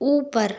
ऊपर